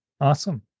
Awesome